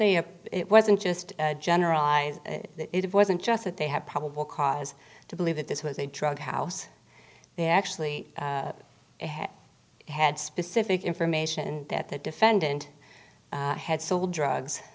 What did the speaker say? know it wasn't just generalize it wasn't just that they had probable cause to believe that this was a drug house they actually had specific information that the defendant had sold drugs